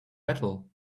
metal